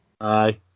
Aye